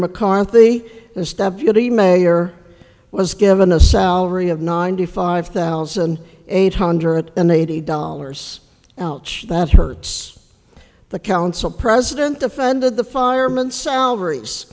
mccarthy and step you the mayor was given a salary of ninety five thousand eight hundred and eighty dollars ouch that hurts the council president defended the firemen salaries